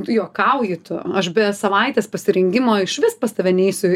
tu juokauji tu aš be savaitės pasirengimo išvis pas tave neisiu